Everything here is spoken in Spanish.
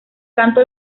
canto